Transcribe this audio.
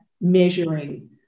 measuring